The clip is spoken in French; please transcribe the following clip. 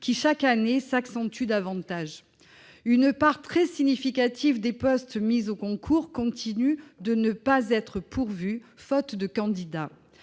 qui, chaque année, s'accentue encore davantage. Une part très significative des postes mis au concours continue de ne pas être pourvue, faute de candidats.